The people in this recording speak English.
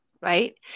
Right